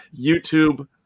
YouTube